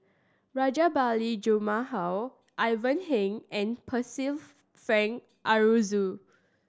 Rajabali Jumabhoy Ivan Heng and Percival Frank Aroozoo